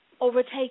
overtake